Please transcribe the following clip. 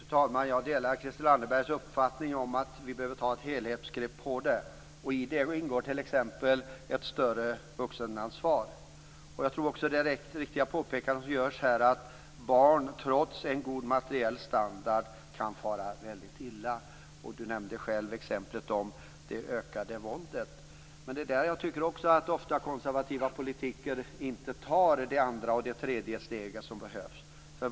Fru talman! Jag delar Christel Anderbergs uppfattning om att vi behöver ta ett helhetsgrepp. I det ingår t.ex. ett större vuxenansvar. De påpekanden som görs här är också riktiga, att barn trots stor materiell standard kan fara väldigt illa. Christel Anderberg nämnde själv det ökande våldet. Men det är där som jag tycker att konservativa politiker inte tar det andra och det tredje steg som behövs.